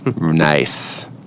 Nice